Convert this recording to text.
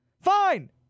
fine